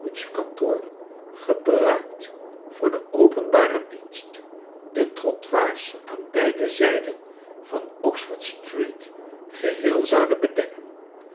gebruikt voor den openbaren dienst de trottoirs aan beide zijden van oxford-street geheel zouden bedekken